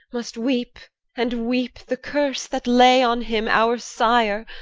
must weep and weep the curse that lay on him our sire,